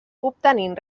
obtenint